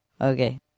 Okay